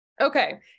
Okay